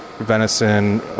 venison